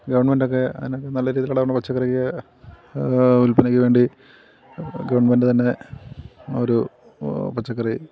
ഗവൺമെൻ്റൊക്കെ അതിനൊക്കെ നല്ല രീതികളിലൂടെ പച്ചക്കറിക്ക് ഉൽപ്പന്നങ്ങൾക്ക് വേണ്ടി ഗവൺമെൻറ് തന്നെ ഒരു പച്ചക്കറി